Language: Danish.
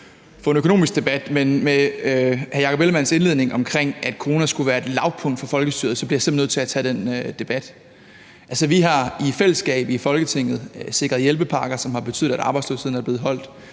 få en økonomisk debat, men med hr. Jakob Ellemann-Jensens indledning om, at coronaen skulle være et lavpunkt for folkestyret, bliver jeg simpelt hen nødt til at tage den debat. Altså, vi har i fællesskab i Folketinget sikret hjælpepakker, som har betydet, at arbejdsløsheden er blevet holdt